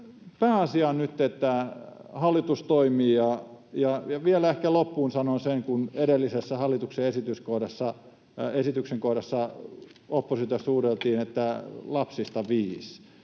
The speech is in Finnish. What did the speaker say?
pääasia on nyt, että hallitus toimii. Vielä ehkä loppuun sanon sen, kun edellisessä hallituksen esityksen kohdassa oppositiosta huudeltiin, että ”lapsista viis”,